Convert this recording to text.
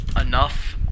enough